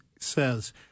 says